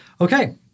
Okay